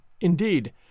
indeed